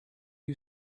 you